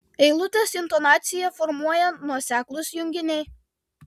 eilutės intonaciją formuoja nuoseklūs junginiai